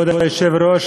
כבוד היושב-ראש,